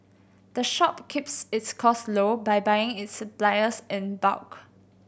the shop keeps its cost low by buying its suppliers in bulk